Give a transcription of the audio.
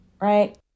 right